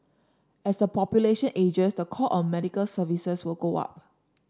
as the population ages the call on medical services will go up